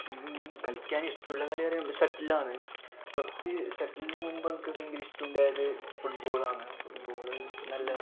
കളിക്കാനിഷ്ടമുള്ള കളി പറയുമ്പോൾ ഷട്ടിലാന്ന് ഫസ്റ്റ് ഷട്ടിലിനു മുൻപ് എനിക്ക് ഭയങ്കര ഇഷ്ടമുണ്ടായത് ഫുട്ബോളാണ് ഫുഡ്ബോൾ നല്ല